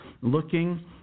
looking